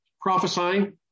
prophesying